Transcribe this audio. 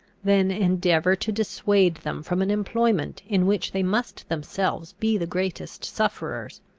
than endeavour to dissuade them from an employment in which they must themselves be the greatest sufferers.